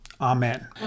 Amen